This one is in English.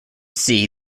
see